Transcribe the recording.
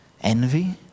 envy